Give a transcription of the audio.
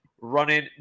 running